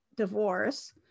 divorce